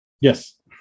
Yes